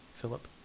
Philip